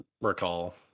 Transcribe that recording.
recall